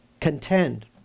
contend